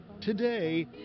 Today